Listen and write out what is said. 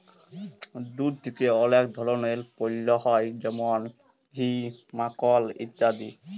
দুধ থেক্যে অলেক ধরলের পল্য হ্যয় যেমল ঘি, মাখল ইত্যাদি